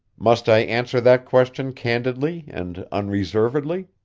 must i answer that question candidly and unreservedly?